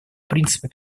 принципа